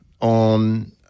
on